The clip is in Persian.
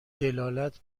دلالت